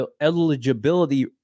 eligibility